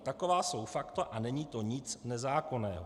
Taková jsou fakta a není to nic nezákonného.